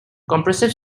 compressive